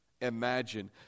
Imagine